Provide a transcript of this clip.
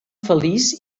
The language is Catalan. feliç